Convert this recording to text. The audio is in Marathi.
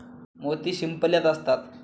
मोती शिंपल्यात असतात